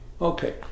Okay